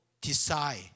decide